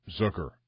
Zucker